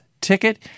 ticket